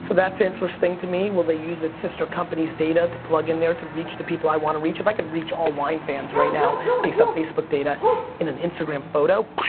so that's interesting to me. will they use its sister company's data to plug in there to reach to people i wanna reach? if i could reach all wine-fans right now based on facebook data in an instagram photo,